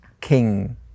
king